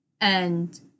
and-